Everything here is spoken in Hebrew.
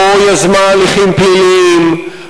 לא יזמה הליכים פליליים,